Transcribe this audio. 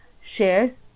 shares